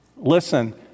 Listen